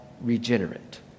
regenerate